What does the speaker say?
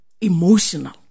emotional